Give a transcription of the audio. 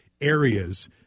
areas